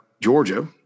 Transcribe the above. Georgia